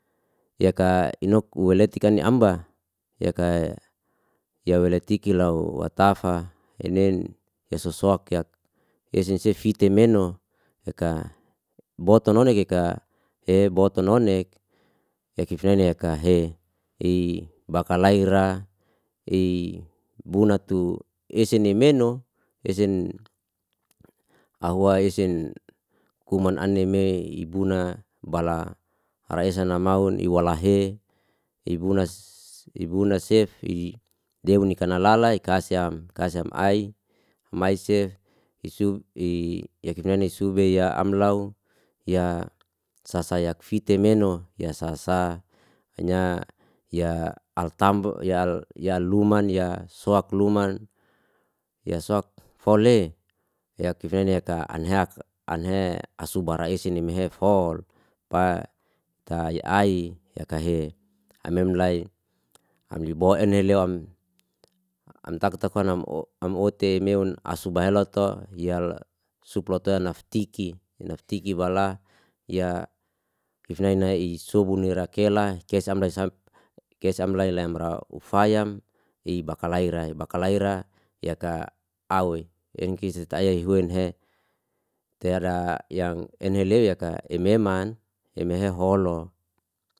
Yaka inok u welitik ni amba yaka ya wa le tiki lau atafa enen ya sosoak yak yesese fite meno yaka boto nonek e ka e bote nonek yakif nene yaka he i bakalai ra ibuna tu ese nemeno esen ahwa esen kuman aneme ibuna bala resan na maun iwala he ibuna ibuna sefi dei i kanalalai kase am kase am ai humai sef isuf i yakif nai i sube ya am lau ya sasayak fitemeno ya sasa nya ya altamba ya yal luman ya soak luman ya soak fo le yakif nenei yaka anheak anhek asubara ese neme hese fol pa ta ye ai yakahe amemlai amni bo ene loam amtaku taku ha nam'o nam'o tei meon asuba hela to ya lo supla to naftiki naftiki bala ya kifnai nai i sobun ira kela kes ainam samp kes amlai le mraufayam i bakalai ra bakalai ra yaka a we engki sitaaya yehuan he teada yang enheleyaka ememan emehe holo